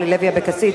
אורלי לוי אבקסיס,